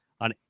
on